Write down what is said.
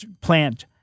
plant